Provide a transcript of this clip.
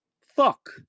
fuck